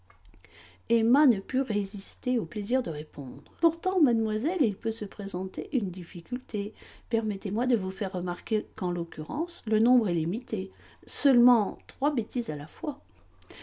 emma ne put résister au plaisir de répondre pourtant mademoiselle il peut se présenter une difficulté permettez-moi de vous faire remarquer qu'en l'occurrence le nombre est limité seulement trois bêtises à la fois